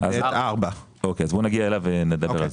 נגיע אליו ונדבר.